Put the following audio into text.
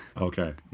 Okay